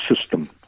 system